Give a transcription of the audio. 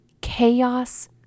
Chaos